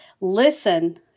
listen